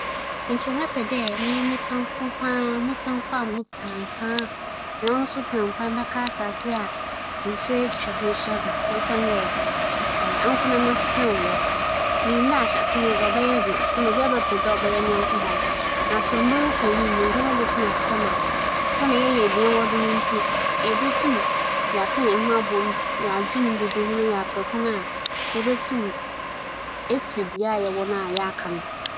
Mebɛpɛ dɛ menye me tamfo kɛse kɛse bɛtsena kyɛn dɛ ͻbɛka monko wͻ asaase kɛsei a obiara nnyi do. Siantsir nye dɛ, nyimpa sesa ntsi sɛ obi yɛ me tamfo kɛse dan ara mpo a, ogyina biribi a obesi do, obotum w'asesa mpo w'abɛyɛ mo dͻfo korakorakora na osiandɛ ͻno so yɛ nyimpa yi dze sɛ mokͻ ahokyer mu a, ͻwͻ mu dɛ ͻtan me dze nso ogyina ma mebɛyɛ ntsi obotum w'aboa me nso asaase kɛsei no do mobowu.